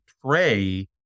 pray